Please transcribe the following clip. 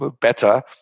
better